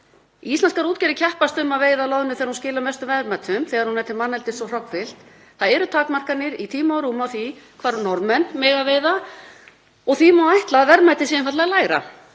Íslenskar útgerðir keppast við að veiða loðnu þegar hún skilar mestum verðmætum, þegar hún er til manneldis og hrognfyllt. Það eru takmarkanir í tíma og rúmi á því hvar Norðmenn mega veiða og því má ætla að verðmætið sé einfaldlega lægra.